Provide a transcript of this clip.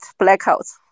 blackouts